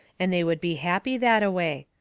and they would be happy thata-way.